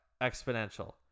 exponential